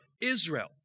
Israel